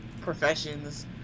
professions